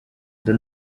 the